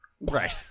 Right